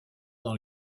dans